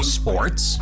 sports